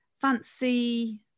fancy